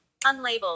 unlabeled